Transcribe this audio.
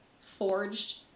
Forged